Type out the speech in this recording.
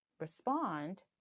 respond